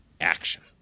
action